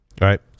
right